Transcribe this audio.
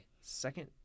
second